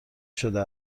شده